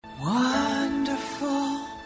Wonderful